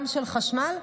גם של חשמל,